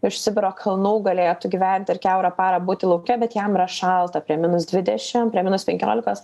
iš sibiro kalnų galėtų gyventi ir kiaurą parą būti lauke bet jam yra šalta prie minus dvidešim prie minus penkiolikos